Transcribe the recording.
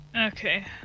Okay